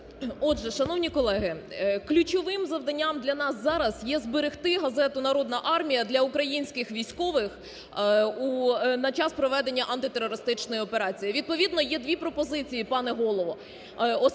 Отже, шановні колеги, ключовим завданням для нас зараз є зберегти газету "Народна армія" для українських військових на час проведення антитерористичної операції. Відповідно є дві пропозиції, пане Голово.